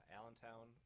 Allentown